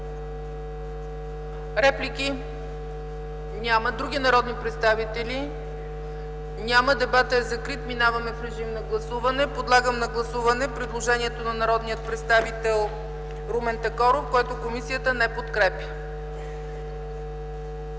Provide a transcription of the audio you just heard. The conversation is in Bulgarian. Реплики? Няма. Други народни представители? Няма. Дебатът е закрит. Преминаваме към гласуване. Подлагам на гласуване предложението на народния представител Румен Такоров, което комисията не подкрепя.